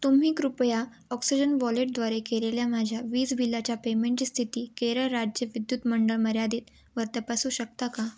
तुम्ही कृपया ऑक्सिजन वॉलेटद्वारे केलेल्या माझ्या वीज बिलाच्या पेमेंटची स्थिती केरळ राज्य विद्युत मंडळ मर्यादित वर तपासू शकता का